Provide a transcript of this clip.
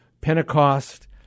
Pentecost